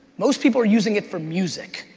most people are using it for music,